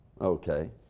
okay